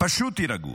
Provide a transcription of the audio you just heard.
פשוט תירגעו.